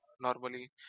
normally